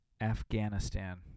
Afghanistan